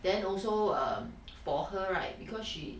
then also um for her right because she